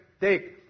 take